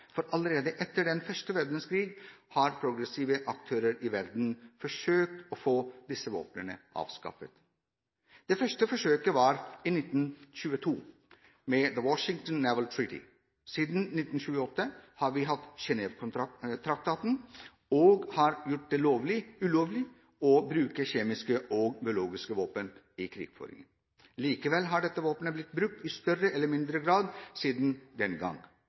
for allerede etter første verdenskrig har progressive aktører i verden forsøkt å få disse våpnene avskaffet. Det første forsøket var i 1922 med the Washington Naval Treaty. Siden 1928 har vi hatt Genèveprotokollen som har gjort det ulovlig å bruke kjemiske og biologiske våpen i krigføring. Likevel har dette våpenet blitt brukt i større eller mindre grad siden den gang.